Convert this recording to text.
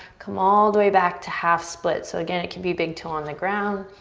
come all the way back to half split. so again, it can be a big toe on the ground.